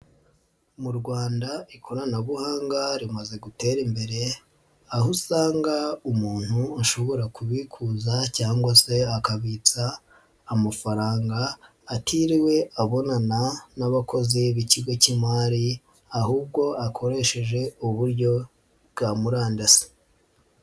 Mu Rwanda ikoranabuhanga rimaze gutera imbere aho usanga umuntu ashobora kubikuza cyangwa se akabitsa amafaranga atiriwe abonana n'abakozi b'ikigo k'imari ahubwo akoresheje uburyo bwa murandasi.